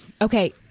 Okay